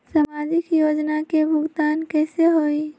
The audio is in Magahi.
समाजिक योजना के भुगतान कैसे होई?